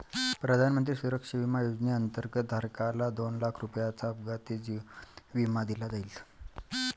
प्रधानमंत्री सुरक्षा विमा योजनेअंतर्गत, धारकाला दोन लाख रुपयांचा अपघाती जीवन विमा दिला जाईल